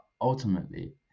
ultimately